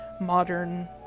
modern